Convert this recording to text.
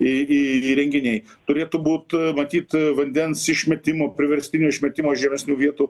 į į įrenginiai turėtų būt matyt vandens išmetimo priverstinio išmetimo iš žemesnių vietų